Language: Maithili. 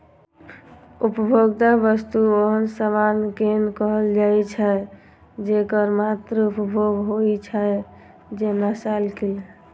उपभोक्ता वस्तु ओहन सामान कें कहल जाइ छै, जेकर मात्र उपभोग होइ छै, जेना साइकिल